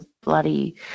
bloody